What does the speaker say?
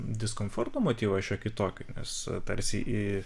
diskomforto motyvą šiokį tokį nes tarsi į